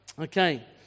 Okay